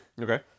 okay